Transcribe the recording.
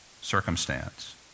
circumstance